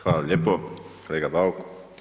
Hvala lijepo kolega Bauk.